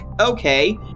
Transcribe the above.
okay